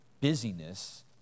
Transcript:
busyness